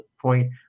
point